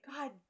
God